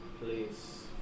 Please